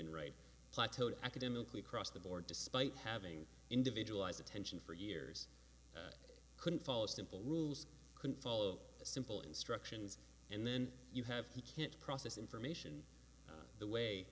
plateaued academically across the board despite having individual eyes attention for years couldn't follow simple rules couldn't follow simple instructions and then you have you can't process information the way